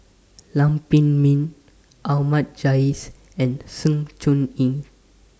Lam Pin Min Ahmad Jais and Sng Choon Yee